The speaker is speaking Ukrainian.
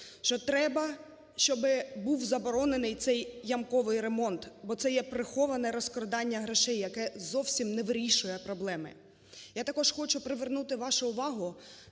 що треба, щоби був заборонений цей ямковий ремонт, бо це є приховане розкрадання грошей, яке зовсім не вирішує проблеми. Я також хочу привернути вашу увагу